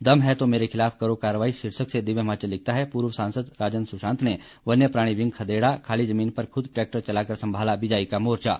दम है तो मेरे खिलाफ करो कार्रवाई शीर्षक से दिव्य हिमाचल लिखता है पूर्व सांसद राजन सुशांत ने वन्य प्राणी विंग खदेड़ा खाली जमीन पर खुद ट्रैक्टर चलाकर संभाला बिजाई का मोर्चा